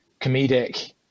comedic